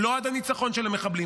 לא עד הניצחון של המחבלים.